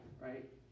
right